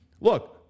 look